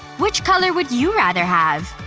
which color would you rather have?